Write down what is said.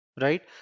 Right